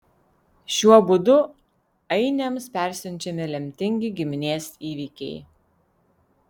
šiuo būdu ainiams persiunčiami lemtingi giminės įvykiai